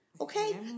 Okay